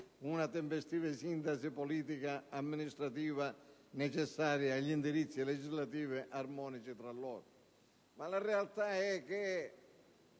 una tempestiva sintesi politico-amministrativa necessaria ad indirizzi legislativi armonici tra loro. La realtà però